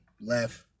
left